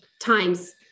times